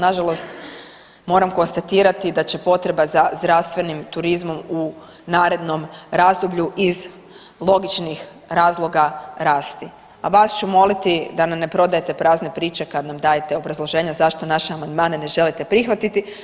Na žalost moram konstatirati da će potreba za zdravstvenim turizmom u narednom razdoblju iz logičnih razloga rasti, a vas ću moliti da nam ne prodajete prazne priče kada nam dajete obrazloženja zašto naše amandmane ne želite prihvatiti.